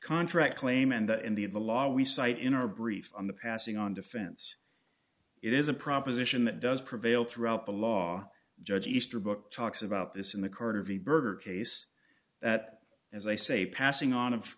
contract claim and in the of the law we cite in our brief on the passing on defense it is a proposition that does prevail throughout the law judge easterbrook talks about this in the carter v berger case that as i say passing on of